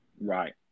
Right